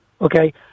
Okay